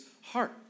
heart